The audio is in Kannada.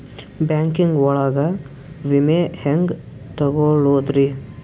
ಬ್ಯಾಂಕಿಂಗ್ ಒಳಗ ವಿಮೆ ಹೆಂಗ್ ತೊಗೊಳೋದ್ರಿ?